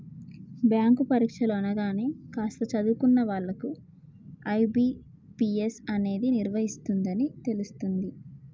bank పరీక్షలు అనగానే కాస్త చదువుకున్న వాళ్ళకు ఐ.బీ.పీ.ఎస్ అనేది నిర్వహిస్తుందని తెలుస్తుంది